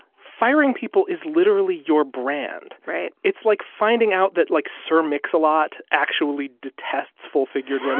firing people is literally your brand right it's like finding out that, like, sir mix-a-lot actually detests full-figured women